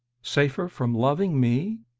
safer from loving me?